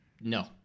No